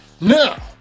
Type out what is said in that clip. Now